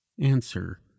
answer